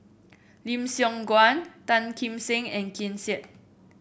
Lim Siong Guan Tan Kim Seng and Ken Seet